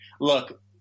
look